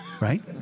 right